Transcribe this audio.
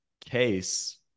case